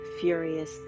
furious